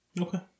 Okay